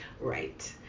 Right